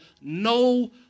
no